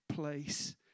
place